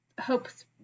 Hope's